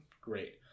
great